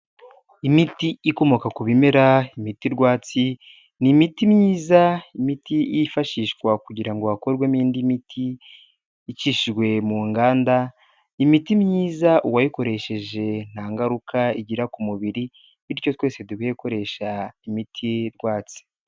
Imiti ikomoka ku bimera, imiti rwatsi, ni imiti myiza, imiti yifashishwa kugira ngo hakorwemo indi miti icishijwe mu nganda, imiti myiza uwayikoresheje nta ngaruka igira ku mubiri, bityo twese dukwiye gukoresha imiti rwatsi.